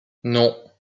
non